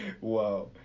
Wow